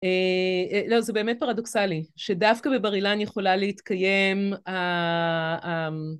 אה... א-לא, זה באמת פרדוקסלי, שדווקא בבר אילן יכולה להתקיים... ה... ה-